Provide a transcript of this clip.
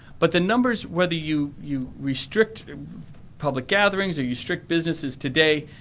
but the numbers, whether you you restrict public gatherings or you restrict businesses today,